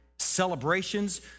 celebrations